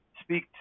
speak